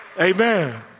Amen